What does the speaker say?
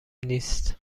نیست